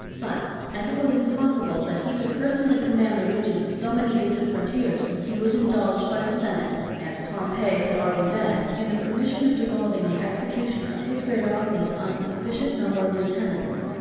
but as it was impossible that he could personally command the regions of so many distant frontiers, he was indulged by the senate, as pompey had already been, in the permission of devolving the execution of his great office on a sufficient number of lieutenants.